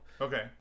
Okay